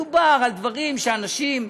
מדובר בדברים שאנשים,